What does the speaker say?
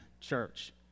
church